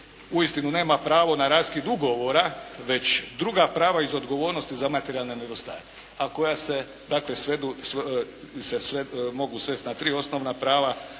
uistinu nema pravo na raskid ugovora, već druga prava iz odgovornosti za materijalne nedostatke, a koja se mogu svest na tri osnovna prava,